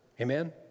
Amen